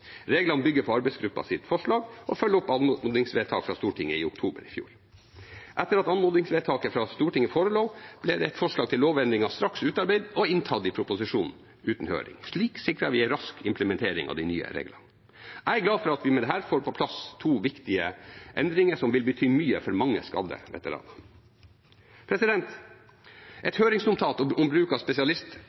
Reglene bygger på arbeidsgruppens forslag og følger opp anmodningsvedtak fra Stortinget i oktober i fjor. Etter at anmodningsvedtaket fra Stortinget forelå, ble et forslag til lovendringer straks utarbeidet og inntatt i proposisjonen uten høring. Slik sikret vi en rask implementering av de nye reglene. Jeg er glad for at vi med dette får på plass to viktige endringer som vil bety mye for mange skadde veteraner. Et høringsnotat om bruk av